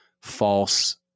false